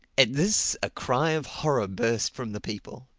at this a cry of horror burst from the people.